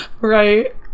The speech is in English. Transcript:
Right